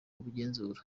ubigenzura